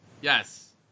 Yes